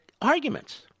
arguments